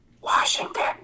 Washington